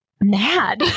Mad